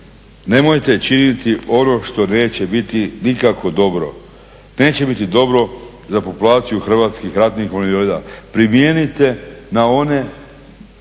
nemojte činiti ono što neće biti nikako dobro. Neće biti dobro za populaciju Hrvatskih ratnih vojnih invalida. Primijenite na one